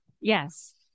Yes